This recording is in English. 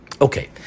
Okay